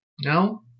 No